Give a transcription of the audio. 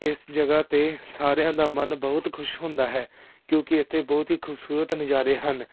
ਇਸ ਜਗ੍ਹਾ 'ਤੇ ਸਾਰਿਆਂ ਦਾ ਮਨ ਬਹੁਤ ਖੁਸ਼ ਹੁੰਦਾ ਹੈ ਕਿਉਂਕਿ ਇੱਥੇ ਬਹੁਤ ਹੀ ਖੂਬਸੂਰਤ ਨਜ਼ਾਰੇ ਹਨ